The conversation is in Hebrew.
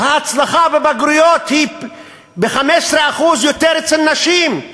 ההצלחה בבגרויות היא ב-15% יותר אצל נשים.